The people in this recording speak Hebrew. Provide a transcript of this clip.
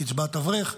קצבת אברך,